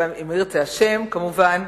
אם ירצה השם, כמובן.